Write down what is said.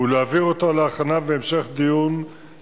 מניעת זיהום קרקע ושיקום קרקעות מזוהמות,